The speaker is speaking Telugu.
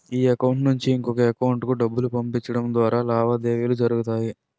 ఈ అకౌంట్ నుంచి ఇంకొక ఎకౌంటుకు డబ్బులు పంపించడం ద్వారా లావాదేవీలు జరుగుతాయి